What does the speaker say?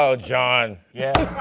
so john. yeah.